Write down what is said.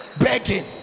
begging